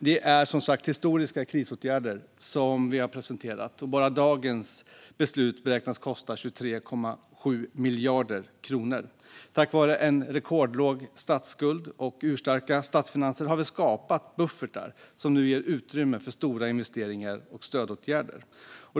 Det är som sagt historiska krisåtgärder som vi har presenterat. Bara dagens beslut beräknas kosta 23,7 miljarder kronor. Tack vare en rekordlåg statsskuld och urstarka statsfinanser har vi skapat buffertar som nu ger utrymme för stora investeringar och stödåtgärder.